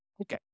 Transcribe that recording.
Okay